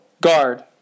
Guard